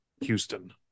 Houston